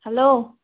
hello